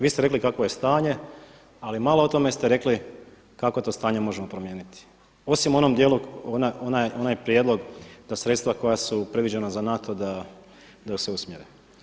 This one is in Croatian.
Vi ste rekli kakvo je stanje, ali malo ste o tome rekli kako to stanje možemo promijeniti osim u onom dijelu onaj prijedlog da sredstva koja su predviđena za NATO da se usmjere.